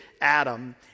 Adam